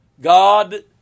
God